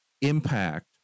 impact